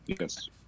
Yes